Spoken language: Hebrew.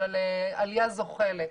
אבל עלייה זוחלת.